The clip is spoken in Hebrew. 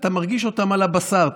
אתה מרגיש אותן על הבשר,